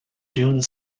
dune